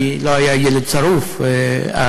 כי לא היה ילד שרוף אז.